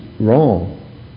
wrong